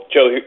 Joe